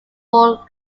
ball